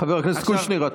חבר הכנסת קושניר,